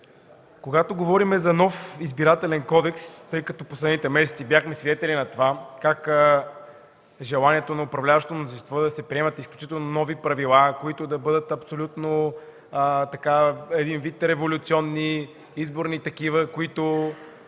Когато говорим за нов Избирателен кодекс, тъй като в последните месеци бяхме свидетели на това как желанието на управляващото мнозинство е да се приемат изключително нови правила, които да бъдат един вид революционни изборни правила, които